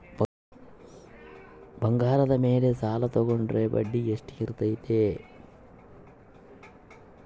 ಬಂಗಾರದ ಮೇಲೆ ಸಾಲ ತೋಗೊಂಡ್ರೆ ಬಡ್ಡಿ ಎಷ್ಟು ಇರ್ತೈತೆ?